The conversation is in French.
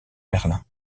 merlin